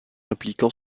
impliquant